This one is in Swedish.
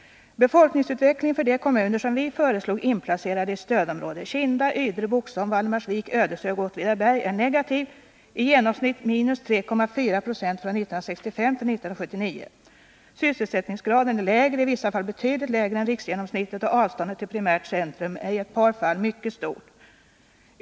Befolkningsutvecklingen för de kommuner som vi föreslog skulle inplaceras i stödområde — Kinda, Ydre, Boxholm, Valdemarsvik, Ödeshög och Åtvidaberg — är negativ; i genomsnitt minus 3,4 96 från 1965 till 1979. Sysselsättningsgraden är lägre, i vissa fall betydligt lägre, än riksgenomsnittet, och avståndet till primärt centrum är i ett par fall mycket stort.